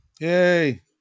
Yay